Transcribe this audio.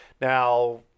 now